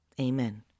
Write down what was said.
Amen